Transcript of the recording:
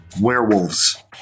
Werewolves